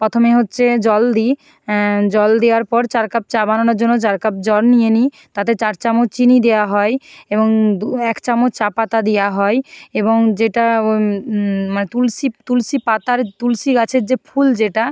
প্রথমে হচ্ছে জল দিই জল দেওয়ার পর চার কাপ চা বানানোর জন্য চার কাপ জল নিয়ে নিই তাতে চার চামচ চিনি দেওয়া হয় এবং দু এক চামচ চা পাতা দেওয়া হয় এবং যেটা মানে তুলসী তুলসী পাতার তুলসী গাছের যে ফুল যেটা